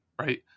right